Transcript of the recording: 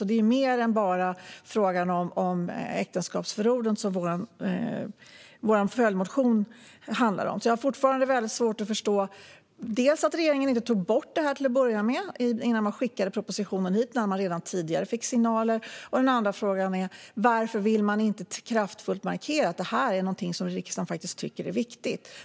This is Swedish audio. Det är mer än bara frågan om äktenskapsförordet som vår följdmotion handlar om. Jag har fortfarande väldigt svårt att förstå dels varför regeringen inte tog bort det här innan man skickade propositionen hit, trots att man fick signaler redan tidigare, dels varför ni inte vill markera kraftfullt att det här är någonting som riksdagen tycker är viktigt.